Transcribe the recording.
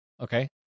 Okay